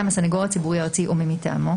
הסניגור הציבורי הארצי או מי מטעמו.